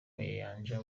mayanja